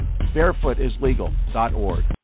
Barefootislegal.org